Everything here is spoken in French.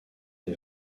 des